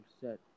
set